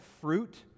fruit